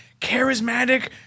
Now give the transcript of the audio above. charismatic